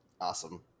awesome